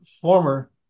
former